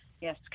yes